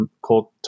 cold